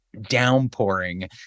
downpouring